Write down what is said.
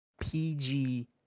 PG